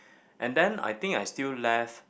and then I think I still left